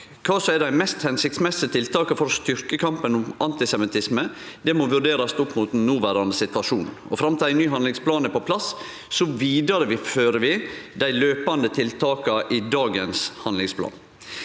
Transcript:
som er dei mest hensiktsmessige tiltaka for å styrkje kampen mot antisemittisme, må vurderast opp mot den noverande situasjonen. Fram til ein ny handlingsplan er på plass, vidarefører vi dei løpande tiltaka i dagens handlingsplan.